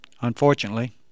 Unfortunately